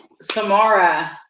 Samara